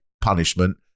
punishment